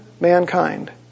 mankind